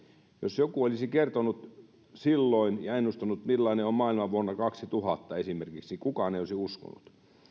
jos joku olisi kertonut silloin ja ennustanut millainen on maailma esimerkiksi vuonna kaksituhatta kukaan ei olisi uskonut